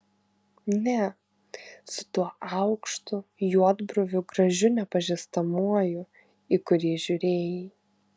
ne su tuo aukštu juodbruviu gražiu nepažįstamuoju į kurį žiūrėjai